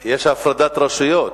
כי יש הפרדת רשויות.